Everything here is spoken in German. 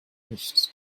nicht